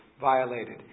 violated